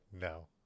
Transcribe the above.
No